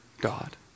God